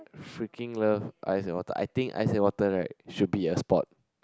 freaking love Ice and Water I think Ice and Water right should be a sport